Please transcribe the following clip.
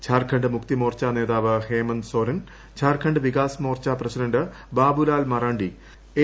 ത്സാർഖണ്ഡ് മുക്തിമോർച്ചാ നേതാവ് Hemant Soren Jharkhand Vikas Morcha president Babulal Marandi A